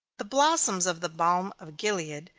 the blossoms of the balm of gilead,